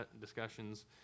discussions